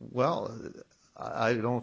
well i don't